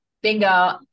Bingo